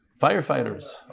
Firefighters